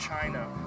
China